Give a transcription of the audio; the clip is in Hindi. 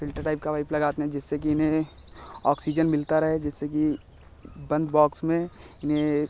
फ़िल्टर टाइप का वाइप लगाते हैं जिससे कि इन्हें ऑक्सीजन मिलता रहे जिससे कि बंद बॉक्स में इन्हें